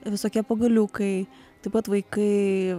visokie pagaliukai taip pat vaikai